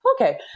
okay